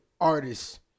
artists